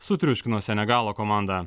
sutriuškino senegalo komandą